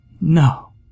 No